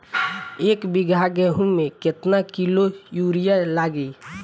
एक बीगहा गेहूं में केतना किलो युरिया लागी?